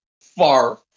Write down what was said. far